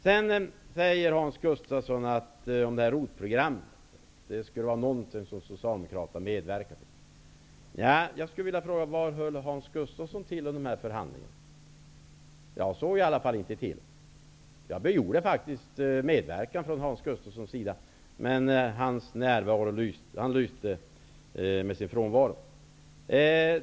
Sedan säger Hans Gustafsson att ROT-programmet skulle vara någonting som Socialdemokraterna har medverkat till. Jag skulle vilja fråga: Var höll Hans Gustafsson till under förhandlingarna? Jag såg i alla fall inte till honom. Jag begärde faktiskt medverkan från Hans Gustafssons sida, men han lyste med sin frånvaro.